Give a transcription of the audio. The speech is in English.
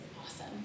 awesome